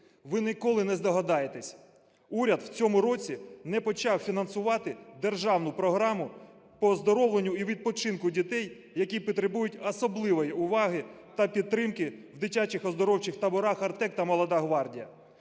Ви ніколи не здогадаєтесь. Уряд у цьому році не почав фінансувати державну програму по оздоровленню і відпочинку дітей, які потребують особливої уваги та підтримки в дитячих оздоровчих таборах "Артек" та "Молода гвардія".